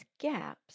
gaps